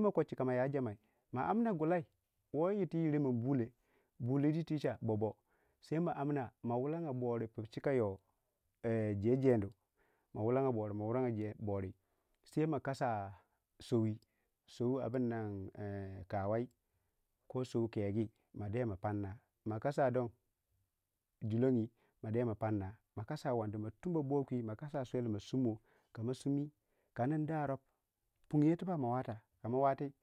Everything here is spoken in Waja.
mako maya jama ma hamna gulai wo yi tu nyiri mi bule bule ticha bobo sai ma hulaga buri fuchika yo jejo niu ma hullaga bori ma kasa sowai sowi kawai ko sowi kegu ma dai ma parna, ma kasa don jullaini ma parna ma kasa wnani ma tumo boki ma kasa solli ma sumo ka ma sumi ka nigi da rop pugo tubak.